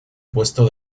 puesto